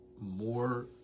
more